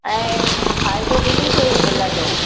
ऐं फ़ाइदो ॿिन्ही खे ई मिलंदो